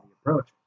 approach